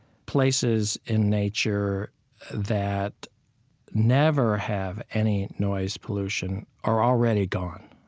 places in nature that never have any noise pollution are already gone.